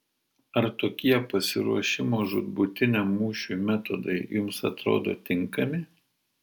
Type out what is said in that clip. ar tokie pasiruošimo žūtbūtiniam mūšiui metodai jums atrodo tinkami